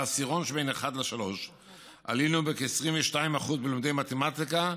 בעשירון 1 3 עלינו ב-22% בלומדי מתמטיקה,